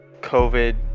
covid